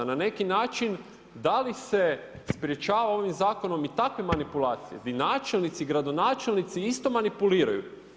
Na neki način da li se sprečava ovim zakonom i takve manipulacije di načelnici, gradonačelnici isto manipuliraju?